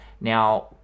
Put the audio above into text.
Now